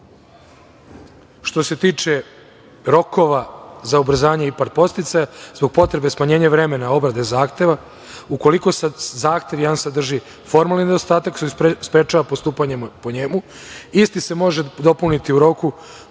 što se tiče rokova za ubrzanje IPARD podsticaja, zbog potrebe smanjenja vremena obrade zahteva, ukoliko jedan zahtev sadrži formalni nedostatak što sprečava postupanje po njemu isti se može dopuniti u roku